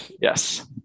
yes